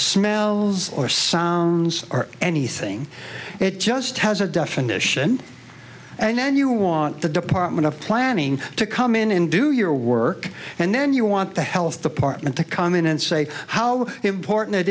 smells or sounds or anything it just has a definition and then you want the department of planning to come in and do your work and then you want the health department to come in and say how important it